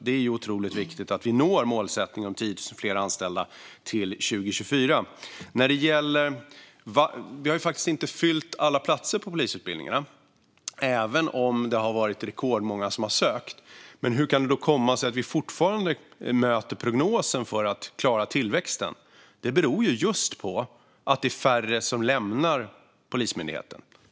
Det är otroligt viktigt att vi når målsättningen om 10 000 fler anställda till 2024. Vi har faktiskt inte fyllt alla platser på polisutbildningarna även om det har varit rekordmånga som har sökt. Hur kan det då komma sig att vi fortfarande möter prognosen för att klara tillväxten? Det beror ju just på att det är färre som lämnar Polismyndigheten.